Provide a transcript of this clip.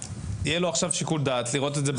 יהיה לו עכשיו שיקול דעת לראות את זה.